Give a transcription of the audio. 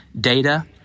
data